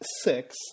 six